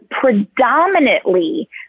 predominantly